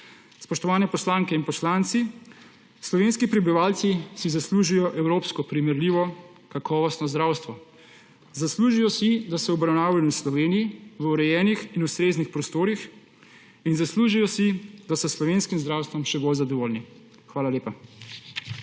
Spoštovane poslanke in poslanci! Slovenski prebivalci si zaslužijo evropsko primerljivo, kakovostno zdravstvo. Zaslužijo si, da so obravnavani v Sloveniji v urejenih in ustreznih prostorih in zaslužijo si, da so s slovenskim zdravstvom še bolj zadovoljni. Hvala lepa.